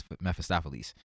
Mephistopheles